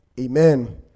Amen